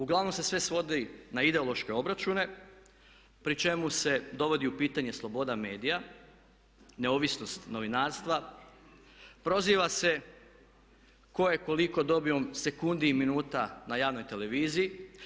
Uglavnom se sve svodi na ideološke obračune pri čemu se dovodi u pitanje sloboda medija, neovisnost novinarstva, proziva se tko je koliko dobio sekundi i minuta na javnoj televiziji.